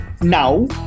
now